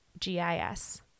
GIS